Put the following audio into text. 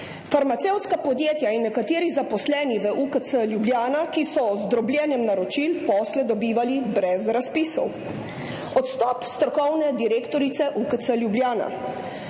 Farmacevtska podjetja in nekateri zaposleni v UKC Ljubljana, ki so z drobljenjem naročil posle dobivali brez razpisov. Odstop strokovne direktorice UKC Ljubljana.